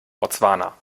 botswana